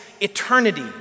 eternity